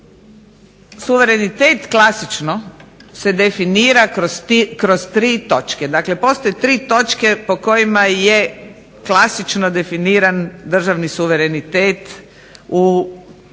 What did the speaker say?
Suverenitet klasično se definira kroz tri točke. Dakle, postoje tri točke po kojima je klasično definiran državni suverenitet u sad